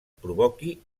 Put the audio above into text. provoqui